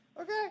Okay